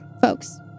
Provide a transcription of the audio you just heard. folks